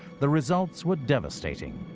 the results were devastating,